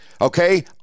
Okay